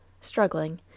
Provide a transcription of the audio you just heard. struggling